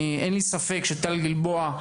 ואין לי ספק שטל גלבוע,